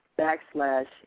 backslash